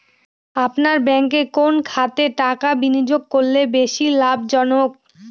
আপনার ব্যাংকে কোন খাতে টাকা বিনিয়োগ করলে বেশি লাভজনক?